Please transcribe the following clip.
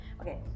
Okay